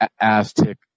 Aztec